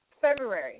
February